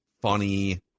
funny